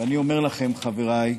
ואני אומר לכם, חבריי,